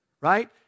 right